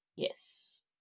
Yes